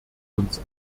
uns